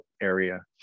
area